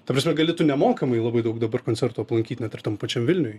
ta prasme gali tu nemokamai labai daug dabar koncertų aplankyt net ir tam pačiam vilniuj